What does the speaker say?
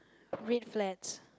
red flats